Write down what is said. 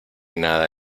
nada